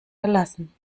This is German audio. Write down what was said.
gelassen